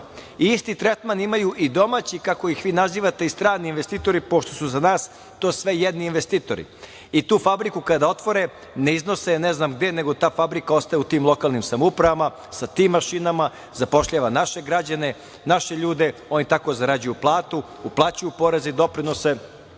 Isti tretman imaju i domaći, kako ih vi nazivate, i strani investitori, pošto su za nas to sve jedni investitori. Tu fabriku kada otvore, ne iznose je ne znam gde, nego ta fabrika ostaje u tim lokalnim samoupravama, sa tim mašinama, zapošljava naše građane, naše ljude. Oni tako zarađuju platu, uplaćuju poreze i doprinose,